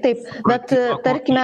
taip bet tarkime